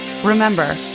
Remember